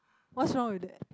what's wrong with that